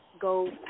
go